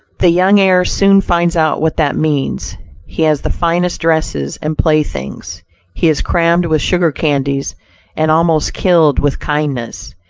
the young heir soon finds out what that means he has the finest dresses and playthings he is crammed with sugar candies and almost killed with kindness,